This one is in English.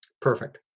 Perfect